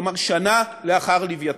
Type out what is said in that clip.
כלומר שנה לאחר "לווייתן".